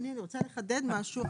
אני רוצה לחדד משהו.